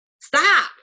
stop